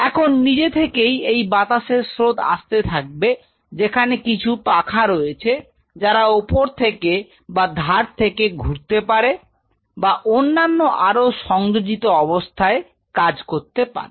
এখন নিজে থেকেই এই বাতাসের স্রোত আসতে থাকবে যেখানে কিছু পাখা রয়েছে যারা ওপর থেকে বা ধার থেকে ঘুরতে পারে বা অন্যান্য আরো সংযোজিত অবস্থায় কাজ করতে পারে